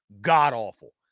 god-awful